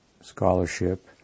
scholarship